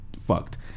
fucked